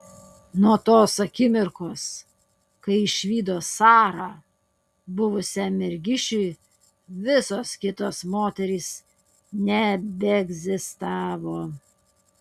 nuo tos akimirkos kai išvydo sarą buvusiam mergišiui visos kitos moterys nebeegzistavo